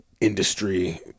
industry